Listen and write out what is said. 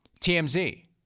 TMZ